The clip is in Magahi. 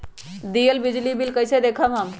दियल बिजली बिल कइसे देखम हम?